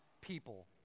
people